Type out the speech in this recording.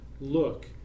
look